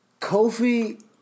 Kofi